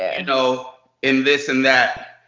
you know in this and that.